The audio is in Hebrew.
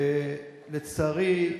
לצערי,